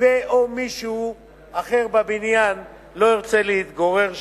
ו/או מישהו אחר בבניין לא ירצה להתגורר שם.